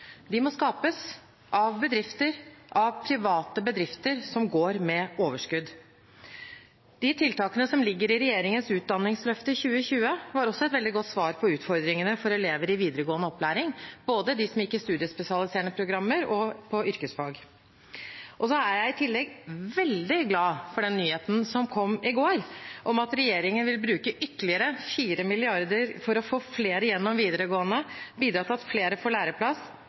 De må skapes av bedrifter, av private bedrifter som går med overskudd. Tiltakene som ligger i regjeringens Utdanningsløftet 2020, var også et veldig godt svar på utfordringene for elever i videregående opplæring, både de som gikk i studiespesialiserende programmer, og de på yrkesfag. Jeg er i tillegg veldig glad for den nyheten som kom i går, om at regjeringen vil bruke ytterligere 4 mrd. kr for å få flere gjennom videregående, bidra til at flere får læreplass